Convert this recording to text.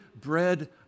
bread